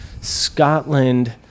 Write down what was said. Scotland